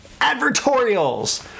advertorials